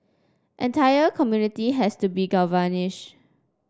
entire community has to be